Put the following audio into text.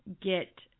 get